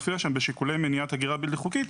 שיקולי מניעת הגירה בלתי חוקית.